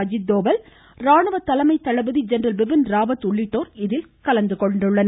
அஜித் தோவல் ராணுவ தலைமை தளபதி ஜெனரல் பிபின் ராவத் உள்ளிட்டோர் இதில் கலந்துகொண்டுள்ளனர்